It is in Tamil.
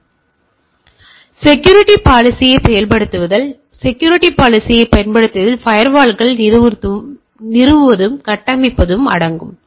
எனவே செக்யூரிட்டி பாலிசியை செயல்படுத்துதல் எனவே செக்யூரிட்டி பாலிசியை செயல்படுத்துவதில் ஃபயர்வால்களை நிறுவுவதும் கட்டமைப்பதும் அடங்கும்